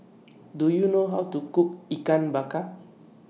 Do YOU know How to Cook Ikan Bakar